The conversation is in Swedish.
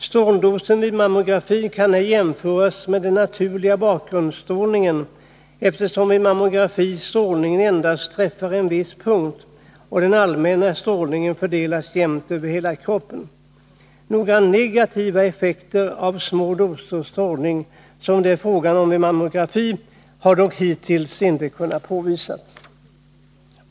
Stråldosen vid mammografi kan inte jämföras med den naturliga bakgrundsstrålningen, eftersom vid mammografi strålningen träffar endast en viss punkt och den allmänna strålningen fördelas jämnt över hela kroppen. Några negativa effekter av så små doser strålning som det är fråga om vid mammografi har dock hittills inte kunnat påvisas.